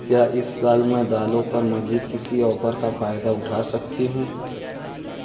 کیا اس سال میں دالوں پر مزید کسی آفر کا فائدہ اٹھا سکتی ہوں